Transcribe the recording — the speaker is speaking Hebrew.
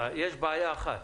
יש בעיה אחת.